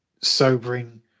sobering